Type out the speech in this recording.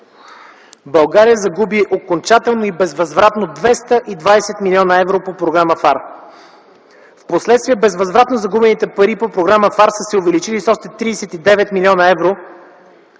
България загуби окончателно и безвъзвратно 220 млн. евро по Програма ФАР. Впоследствие безвъзвратно загубените пари по Програма ФАР са се увеличили с още 39 млн. евро